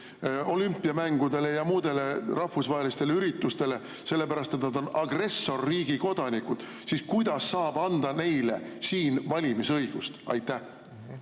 olümpiamängudele ja muudele rahvusvahelistele üritustele selle pärast, et nad on agressorriigi kodanikud, siis kuidas saab anda neile siin valimisõigust? Aitäh!